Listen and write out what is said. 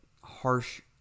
harsh